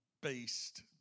based